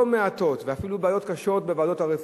מעטות ואפילו בעיות קשות בוועדות הרפואיות.